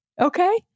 Okay